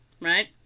right